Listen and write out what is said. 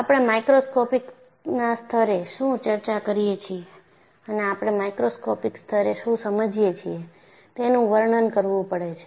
આપણે માઇક્રોસ્કોપિકના સ્તરે શું ચર્ચા કરીએ છીએ અને આપણે મેક્રોસ્કોપિક સ્તરે શું સમજીએ છીએ તેનું વર્ણન કરવું પડે છે